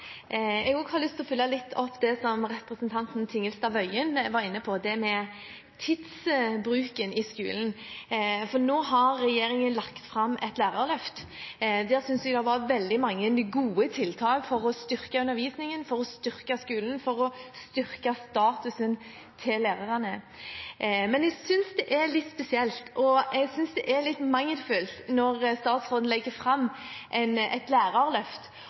jeg har lyst til å følge litt opp det som representanten Tingelstad Wøien var inne på, det med tidsbruken i skolen, for nå har regjeringen lagt fram et lærerløft. Der synes jeg det var veldig mange gode tiltak for å styrke undervisningen, for å styrke skolen, for å styrke statusen til lærerne. Men jeg synes det er litt spesielt – og jeg synes det er litt mangelfullt – når statsråden legger fram et lærerløft